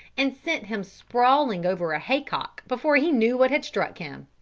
and sent him sprawling over a hay-cock before he knew what had struck him.